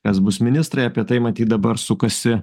kas bus ministrai apie tai matyt dabar sukasi